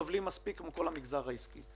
סובלים מספיק כמו כל המגזר העסקי.